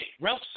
Ralph